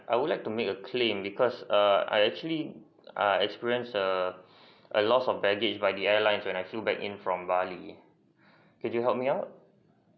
I would like to make a claim because err I actually err experienced a a loss of baggage by the airlines when I flew back in from bali could you help me out